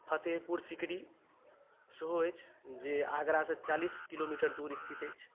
फतेहपुर सिकरी सेहो अछि जे आगरासँ चालीस किलोमीटर दूर स्थित अछि